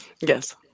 Yes